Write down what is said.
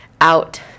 out